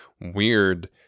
weird